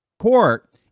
Court